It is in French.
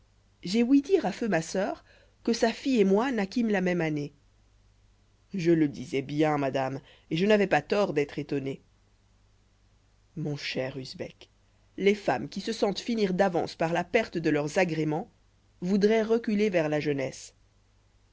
j'ai ouï dire à feu ma sœur que sa fille et moi naquîmes la même année je le disois bien madame et je n'avois pas tort d'être étonné mon cher usbek les femmes qui se sentent finir d'avance par la perte de leurs agréments voudroient reculer vers la jeunesse